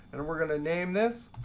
and we're going to name this